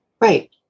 right